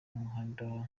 umuhanda